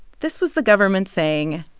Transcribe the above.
this was the government saying,